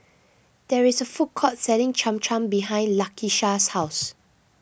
there is a food court selling Cham Cham behind Lakisha's house